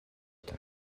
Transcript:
это